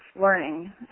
learning